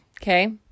okay